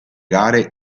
gare